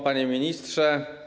Panie Ministrze!